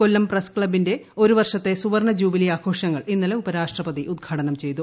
കൊല്ലം press ക്ലബ്ബിന്റെ ഒരു വർഷത്തെ സുവർണ ജൂബിലി ആഘോഷങ്ങൾ ഇന്നലെ ഉപരാഷ്ട്രപതി ഉദ്ഘാടനം ചെയ്തു